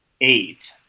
eight